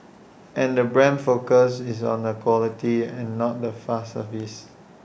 and the brand's focus is on A quality and not the fast service